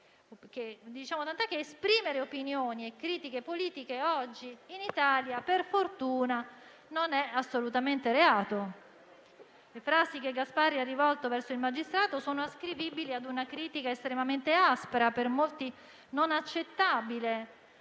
adeguate, tant'è che esprimere opinioni e critiche politiche oggi in Italia per fortuna non è assolutamente reato. Le frasi che il senatore Gasparri ha rivolto verso il magistrato sono ascrivibili a una critica estremamente aspra, per molti non accettabile,